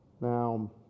Now